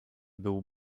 był